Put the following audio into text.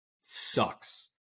sucks